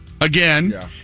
Again